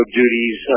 duties